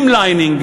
streamlining,